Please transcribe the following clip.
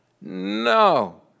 No